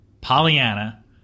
Pollyanna